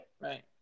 Right